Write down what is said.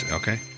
okay